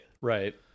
Right